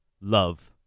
love